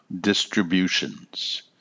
distributions